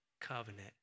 covenant